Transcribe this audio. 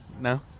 No